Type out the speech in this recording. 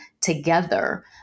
together